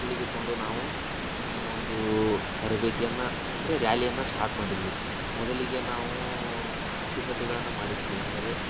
ತಿಳಿದುಕೊಂಡು ನಾವು ನಮ್ಮ ಒಂದು ತರಬೇತಿಯನ್ನು ಅಂದರೆ ರ್ಯಾಲಿಯನ್ನು ಸ್ಟಾರ್ಟ್ ಮಾಡಿದೀವಿ ಮೊದಲಿಗೆ ನಾವು ಸಿದ್ಧತೆಗಳನ್ನು ಮಾಡಿಕೊಂಡೆವು ಅಂದರೆ